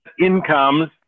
incomes